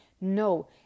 No